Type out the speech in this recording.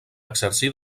exercí